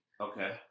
Okay